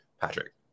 Patrick